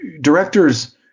directors